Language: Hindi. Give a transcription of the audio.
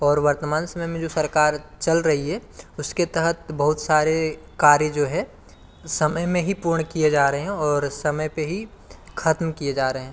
और वर्तमान समय में जो सरकार चल रही हे उसके तहत बहुत सारे कार्य जो हैं समय में ही पूर्ण किए जा रहे हैं और समय पर ही ख़त्म किए जा रहे हैं